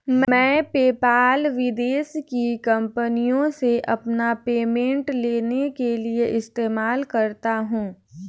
मैं पेपाल विदेश की कंपनीयों से अपना पेमेंट लेने के लिए इस्तेमाल करता हूँ